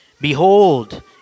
Behold